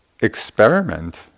experiment